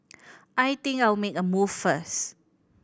I think I'll make a move first